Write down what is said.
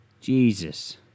Jesus